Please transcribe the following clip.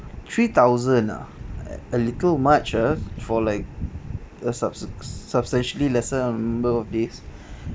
three thousand ah a little much ah for like a substan~ substantially lesser number of days